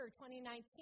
2019